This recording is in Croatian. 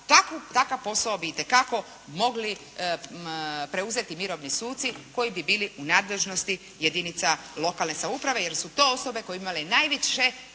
takav posao bi itekako mogli preuzeti mirovni suci koji bi bili u nadležnosti jedinica lokalne samouprave jer su osobe koje bi imale najviše